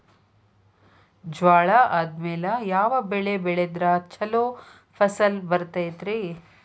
ಜ್ವಾಳಾ ಆದ್ಮೇಲ ಯಾವ ಬೆಳೆ ಬೆಳೆದ್ರ ಛಲೋ ಫಸಲ್ ಬರತೈತ್ರಿ?